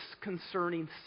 concerning